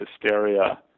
hysteria